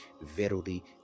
Verily